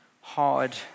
hard